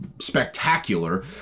spectacular